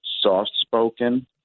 soft-spoken